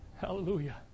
Hallelujah